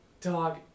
dog